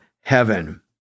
heaven